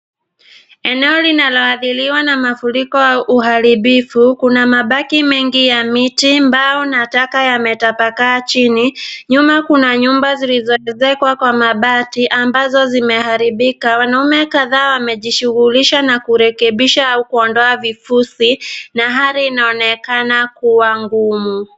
Eneo hili limeathika na mafuriko ya uharibifu. Kuna mabaki mingi ya miti, mbao na taka yametapakaa chini. Nyuma kuna nyumba zilizoezekwa kwa mabati ambazo zimeharibika. Wanaume kadhaa wamejishughulisha na kurekebisha au kuondoa vipuzi na hali inaonekana kuwa ngumu.